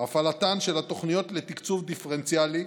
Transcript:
הפעלתן של התוכניות לתקצוב דיפרנציאלי: